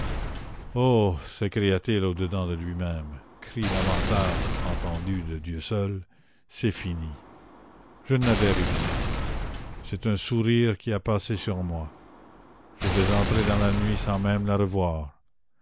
oh s'écria-t-il au dedans de lui-même cris lamentables entendus de dieu seul c'est fini je ne la verrai plus c'est un sourire qui a passé sur moi je vais entrer dans la nuit sans même la revoir